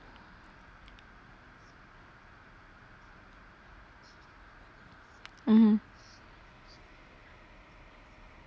mmhmm